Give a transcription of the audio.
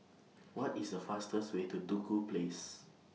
What IS The fastest Way to Duku Place